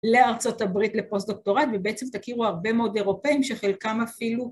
לארצות-הברית לפוסט דוקטורט ובעצם תכירו הרבה מאוד אירופאים שחלקם אפילו